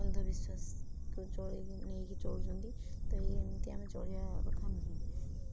ଅନ୍ଧବିଶ୍ୱାସକୁ ଚଳେଇ ନେଇକି ଚଳୁଛନ୍ତି ତ ଏମିତି ଆମେ ଚଳିବା କଥା ନୁହେଁ